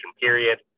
period